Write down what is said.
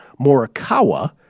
Morikawa